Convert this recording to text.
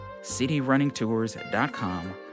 cityrunningtours.com